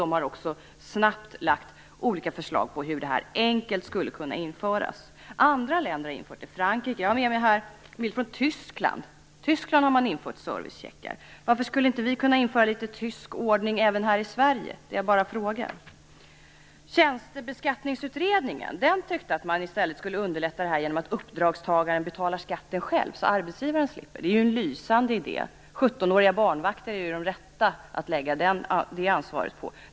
De har också snabbt lagt fram olika förslag på hur detta enkelt skulle kunna införas. Andra länder har infört det, t.ex. Frankrike. Jag har med mig en bild från Tyskland här. Där har man infört servicecheckar. Varför skulle inte vi kunna införa litet tysk ordning även här i Sverige? Tjänstebeskattningsutredningen tyckte att man i stället skulle underlätta detta genom att uppdragstagaren betalar skatten själv så att arbetsgivaren slipper. Det är ju en lysande idé. Sjuttonåriga barnvakter är ju de rätta att lägga det ansvaret på.